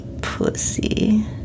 pussy